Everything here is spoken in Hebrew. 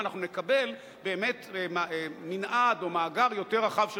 ואנחנו נקבל באמת מנעד או מאגר יותר רחב של